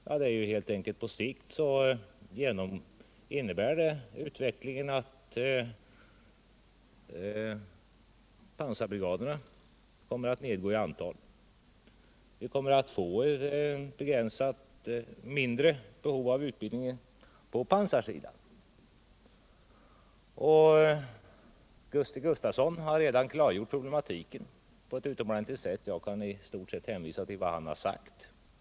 Ja, det är helt enkelt så att utvecklingen på sikt innebär att pansarbrigaderna kommer att nedgå i antal vilket leder till ett minskat behov av utbildning på pansarsidan. Gusti Gustavsson har redan klargjort den problematiken på ett utomordentligt sätt, varför jag i stort sett kan hänvisa till vad han har sagt.